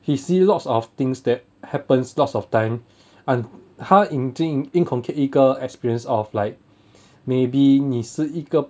he see lots of things that happens lots of time and 他已经 inculcate 一个 experience of like maybe 你是一个